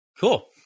Cool